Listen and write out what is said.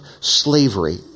slavery